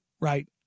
right